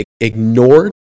ignored